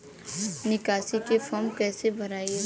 निकासी के फार्म कईसे भराई?